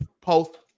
post